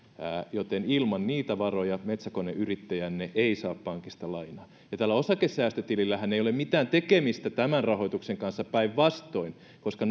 joten ilman niitä varoja metsäkoneyrittäjänne ei saa pankista lainaa ja osakesäästötilillähän ei ole mitään tekemistä tämän rahoituksen kanssa päinvastoin koska